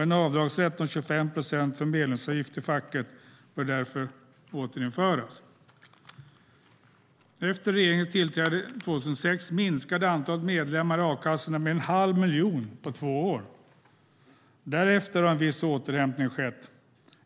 En avdragsrätt om 25 procent för medlemsavgift i facket bör därför återinföras. Efter regeringens tillträde 2006 minskade antalet medlemmar i a-kassorna med en halv miljon på två år. Därefter har en viss återhämtning skett.